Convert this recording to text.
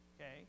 okay